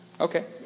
Okay